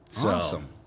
Awesome